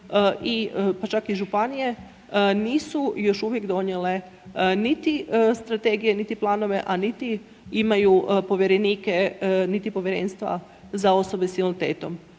pa čak i županije, nisu još uvijek donijele niti strategije, niti planove, a niti imaju povjerenike, niti povjerenstva za osobe s invaliditetom.